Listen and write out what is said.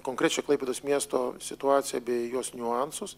konkrečią klaipėdos miesto situaciją bei jos niuansus